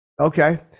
Okay